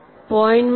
5 0